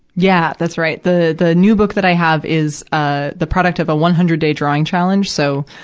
yeah, that's right. the, the new book that i have is, ah, the product of a one hundred day drawing challenge. so,